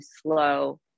slow